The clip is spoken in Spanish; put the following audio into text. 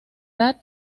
edad